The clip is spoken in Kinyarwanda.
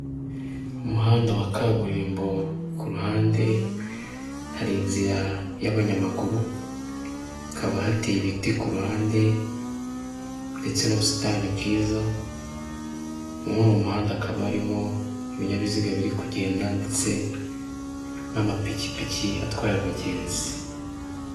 Umuhanda wa kaburimbo ku ruhande hari inzira y'abanyamaguru, hakaba hateye ibiti ku ruhande ndetse n'ubusitani bwiza, muri uwo muhanda hakaba harimo ibinyabiziga biri kugenda ndetse n'amapikipiki atwaye abagenzi.